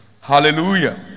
Hallelujah